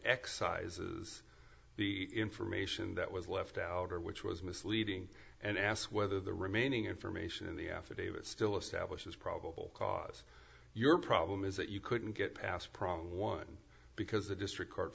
exercises the information that was left out or which was misleading and ask whether the remaining information in the affidavit still establishes probable cause your problem is that you couldn't get past problem one because a district c